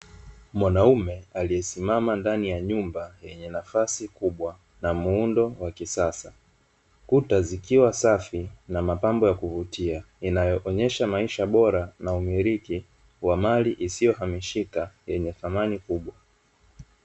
Mwanaume aliesimama ndani ya nyumba yenye nafasi kubwa na muundo wa kisasa, kuta zikiwa safi na mapambo ya kuvutia yanayoonyesha maisha bora na umiliki wa mali isiyo hamishika yenye thamani kubwa.